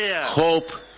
hope